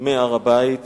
מהר-הבית